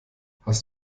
hast